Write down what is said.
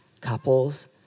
couples